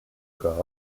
god